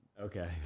Okay